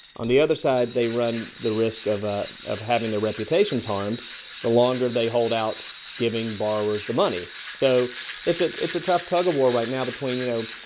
on the other side, they run the risk of ah of having their reputations harmed the longer they hold out giving borrowers the money. so it's it's a tough tug of war right now between, you know,